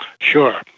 Sure